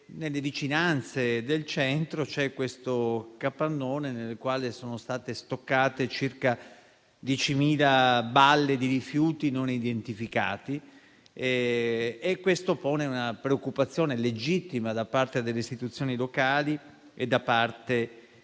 nelle vicinanze del centro c'è un capannone nel quale sono state stoccate circa 10.000 balle di rifiuti non identificati. Ciò desta una preoccupazione legittima nelle istituzioni locali e nei